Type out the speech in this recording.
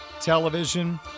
television